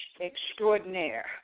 extraordinaire